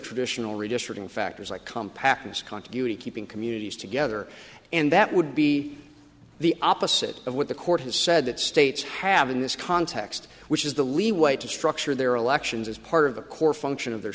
traditional redistricting factors like compactness continuity keeping communities together and that would be the opposite of what the court has said that states have in this context which is the leeway to structure their elections as part of a core function of their